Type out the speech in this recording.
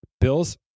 Bills